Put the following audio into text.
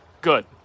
good